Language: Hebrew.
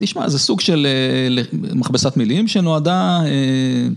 נשמע איזה סוג של מכבסת מילים שנועדה.